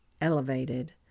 elevated